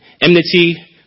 enmity